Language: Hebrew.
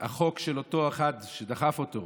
החוק של אותו אחד שדחף אותו,